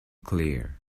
clear